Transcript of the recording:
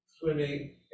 swimming